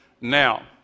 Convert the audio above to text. now